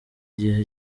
igihe